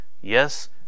Yes